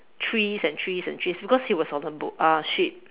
trees and trees and trees because he was on a boat uh ship